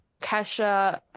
Kesha